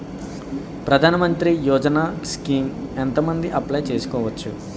ప్రధాన మంత్రి యోజన స్కీమ్స్ ఎంత మంది అప్లయ్ చేసుకోవచ్చు?